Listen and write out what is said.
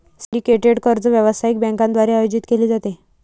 syndicated कर्ज व्यावसायिक बँकांद्वारे आयोजित केले जाते